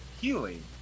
healing